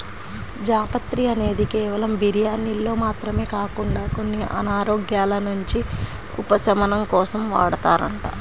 జాపత్రి అనేది కేవలం బిర్యానీల్లో మాత్రమే కాకుండా కొన్ని అనారోగ్యాల నుంచి ఉపశమనం కోసం వాడతారంట